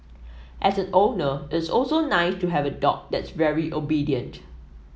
as an owner it's also nice to have a dog that's very obedient